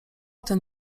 ten